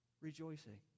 rejoicing